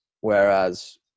whereas